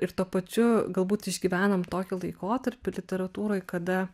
ir tuo pačiu galbūt išgyvenam tokį laikotarpį literatūroj kada